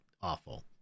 awful